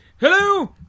Hello